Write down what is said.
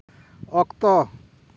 ᱚᱠᱛᱚ